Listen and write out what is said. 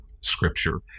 scripture